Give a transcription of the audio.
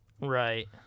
Right